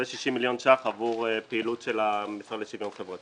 ו-60 מיליון שקלים חדשים עבור פעילות של המשרד לשוויון חברתי.